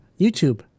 YouTube